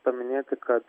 paminėti kad